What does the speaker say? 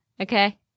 okay